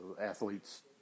athletes